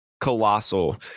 Colossal